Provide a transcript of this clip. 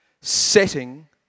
setting